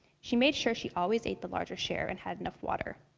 she made sure she always ate the larger share and had enough water.